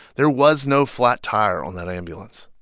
there was no flat tire on that ambulance?